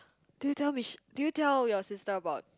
do you tell Mich~ do you tell your sister about